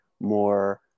more